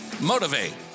motivate